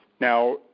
now